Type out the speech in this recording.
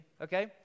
okay